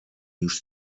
już